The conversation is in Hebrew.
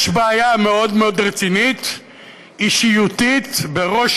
יש בעיה מאוד מאוד רצינית אישיותיות בראש